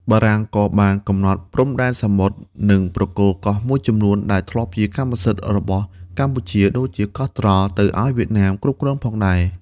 បារាំងក៏បានកំណត់ព្រំដែនសមុទ្រ និងប្រគល់កោះមួយចំនួនដែលធ្លាប់ជាកម្មសិទ្ធិរបស់កម្ពុជា (ដូចជាកោះត្រល់) ទៅឱ្យវៀតណាមគ្រប់គ្រងផងដែរ។